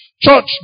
Church